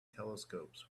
telescopes